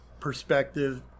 perspective